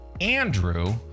Andrew